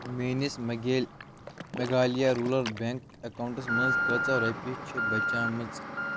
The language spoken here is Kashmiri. میٲنِس مگیل میگھالِیا روٗرَل بٮ۪نٛک اکاونٹَس منٛز کۭژاہ رۄپیہِ چھِ بچیمٕژ